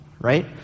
right